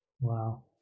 Wow